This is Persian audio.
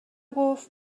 گفت